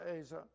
Asa